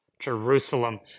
Jerusalem